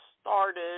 started